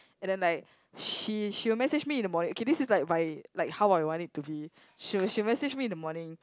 and then like she she will message me in the morning okay this is like my like how like I want it to be she will she will message me in the morning